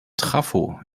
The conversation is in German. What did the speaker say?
trafo